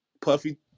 Puffy